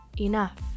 enough